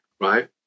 right